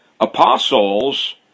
apostles